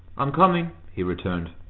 i'm coming, he returned.